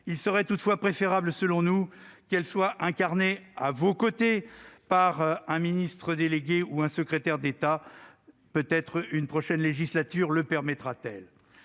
il serait toutefois préférable, selon nous, qu'elle soit incarnée, à vos côtés, par un ministre ou un secrétaire d'État dédié. Peut-être une prochaine législature le permettra-t-elle.